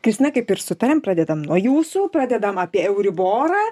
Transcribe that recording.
kristina kaip ir sutarėm pradedam nuo jūsų pradedam apie euriborą